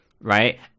right